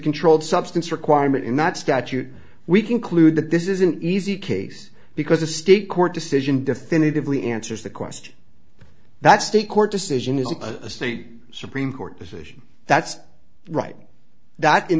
controlled substance requirement in not statute we conclude that this is an easy case because a state court decision definitively answers the question that state court decision is a state supreme court decision that's right that in